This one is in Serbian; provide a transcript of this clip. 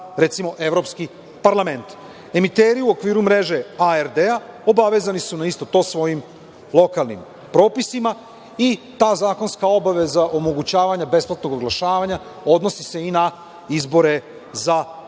recimo, Evropski parlament. Emiteru u okviru mreže ARD obavezani su na isto to svojim lokalnim propisima i ta zakonska obaveza omogućavanja besplatnog oglašavanja odnosi se i na izbore za lokalni